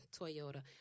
Toyota